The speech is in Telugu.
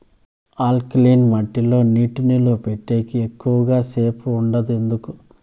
ఆల్కలీన్ మట్టి లో నీటి నిలువ పెట్టేకి ఎక్కువగా సేపు ఉండదు ఎందుకు